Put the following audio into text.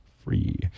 free